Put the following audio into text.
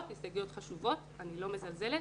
ואלה הסתייגויות חשובות שאני לא מזלזלת